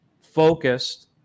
focused